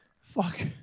Fuck